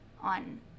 on